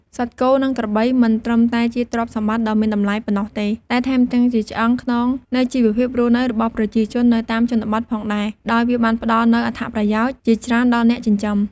សត្វគោ និងក្របីមិនត្រឹមតែជាទ្រព្យសម្បត្តិដ៏មានតម្លៃប៉ុណ្ណោះទេ តែថែមទាំងជាឆ្អឹងខ្នងនៃជីវភាពរស់នៅរបស់ប្រជាជននៅតាមជនបទផងដែរ ដោយវាបានផ្ដល់នូវអត្ថប្រយោជន៍ជាច្រើនដល់អ្នកចិញ្ចឹម។